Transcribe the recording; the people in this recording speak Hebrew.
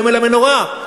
סמל המנורה.